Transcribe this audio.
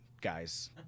guys